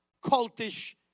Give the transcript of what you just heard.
cultish